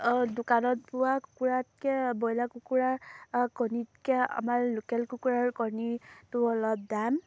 দোকানত পোৱা কুকুৰাতকৈ ব্ৰইলাৰ কুকুৰাৰ কণীতকৈ আমাৰ লোকেল কুকুৰাৰ কণীটো অলপ দাম